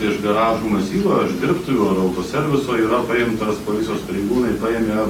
iš garažų masyvo iš dirbtuvių ar autoserviso yra paimtas policijos pareigūnai paėmė